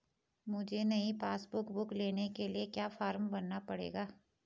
मुझे नयी passbook book लेने के लिए क्या फार्म भरना पड़ेगा?